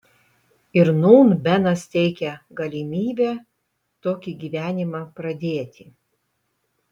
ir nūn benas teikia galimybę tokį gyvenimą pradėti